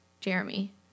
Jeremy